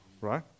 right